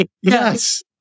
yes